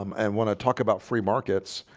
um and want to talk about free markets,